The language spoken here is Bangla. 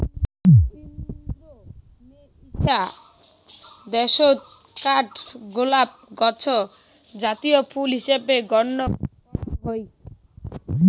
ইন্দোনেশিয়া দ্যাশত কাঠগোলাপ গছ জাতীয় ফুল হিসাবে গইণ্য করাং হই